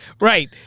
Right